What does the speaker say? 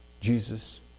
Jesus